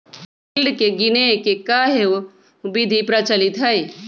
yield के गीनेए के कयहो विधि प्रचलित हइ